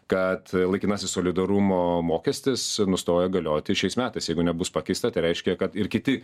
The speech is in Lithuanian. kad laikinasis solidarumo mokestis nustoja galioti šiais metais jeigu nebus pakeista tai reiškia kad ir kiti